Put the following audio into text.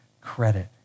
credit